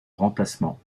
remplacement